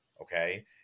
okay